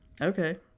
okay